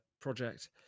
project